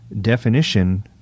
definition—